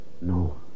No